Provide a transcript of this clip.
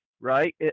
right